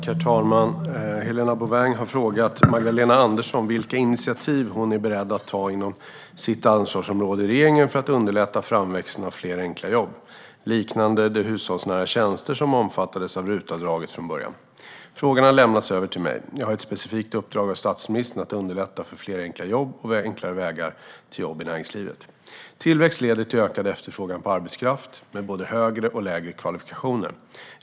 Herr talman! Helena Bouveng har frågat Magdalena Andersson vilka initiativ hon är beredd att ta inom sitt ansvarsområde i regeringen för att underlätta framväxten av fler enkla jobb, liknande de hushållsnära tjänster som omfattades av RUT-avdraget från början. Frågan har lämnats över till mig. Jag har ett specifikt uppdrag av statsministern att underlätta fler enkla jobb och enklare vägar till jobb i näringslivet. Tillväxt leder till ökad efterfrågan på arbetskraft med både högre och lägre kvalifikationer.